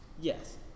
Yes